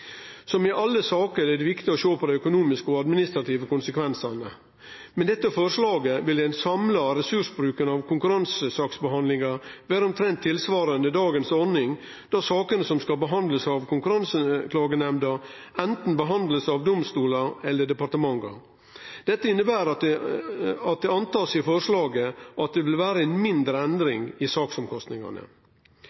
Som i alle saker er det viktig å sjå på dei økonomiske og administrative konsekvensane. Med dette forslaget vil den samla ressursbruken til konkurransesaksbehandlinga vere omtrent tilsvarande dagens ordning, då sakene som skal bli behandla av konkurranseklagenemnda, blir behandla anten av domstolane eller av departementa. Dette inneber at det blir antatt i forslaget at det vil vere ei mindre